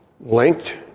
linked